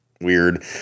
weird